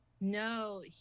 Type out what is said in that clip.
no